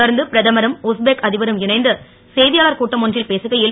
தொடர்ந்து பிரதமரும் உஸ்பெக் அ பரும் இணைந்து செ யாளர் கூட்டம் ஒன்றில் பேசுகை ல்